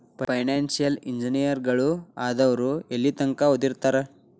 Financial ಇಂಜಿನಿಯರಗಳು ಆದವ್ರು ಯೆಲ್ಲಿತಂಕಾ ಓದಿರ್ತಾರ?